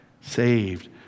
saved